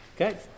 Okay